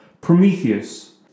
Prometheus